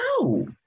No